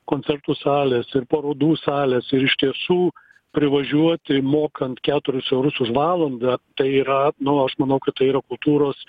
koncertų salės ir parodų salės ir iš tiesų privažiuoti mokant keturis eurus už valandą tai yra nu aš manau kad tai yra kultūros